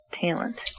talent